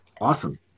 Awesome